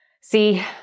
See